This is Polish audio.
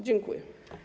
Dziękuję.